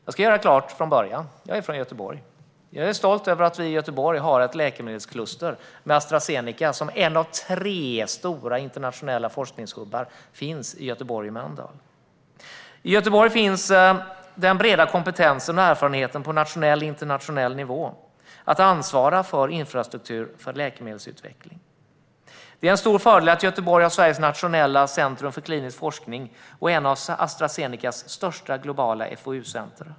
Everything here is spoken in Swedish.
Jag vill göra det klart från början att jag är från Göteborg. Jag är stolt över att Göteborg har ett läkemedelskluster med Astra Zeneca som ett av tre stora internationella forskningsnav i Göteborg och Mölndal. I Göteborg finns den breda kompetensen och erfarenheten, på nationell och internationell nivå, av att ansvara för infrastruktur för läkemedelsutveckling. En stor fördel är att Göteborg har Sveriges nationella centrum för klinisk forskning och ett av Astra Zenecas största globala FoU-center.